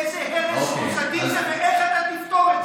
איזה הרס מוסדי זה ואיך אתה תפתור את זה?